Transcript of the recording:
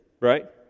right